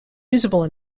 usable